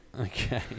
okay